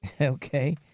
Okay